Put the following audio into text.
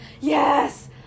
Yes